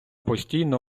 постійно